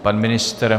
Pan ministr?